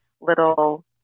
little